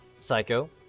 Psycho